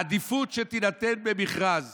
העדיפות שתינתן במכרז